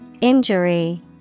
Injury